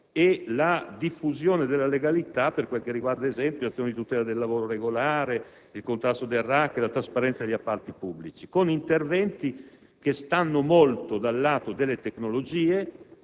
e la diffusione della legalità per quel che riguarda, ad esempio, azioni di tutela del lavoro regolare, il contrasto del racket, la trasparenza degli appalti pubblici, con interventi che riguardano le tecnologie,